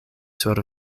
sur